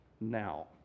now